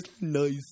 nice